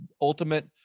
ultimate